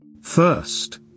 First